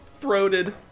throated